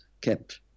kept